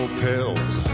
pills